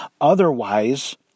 Otherwise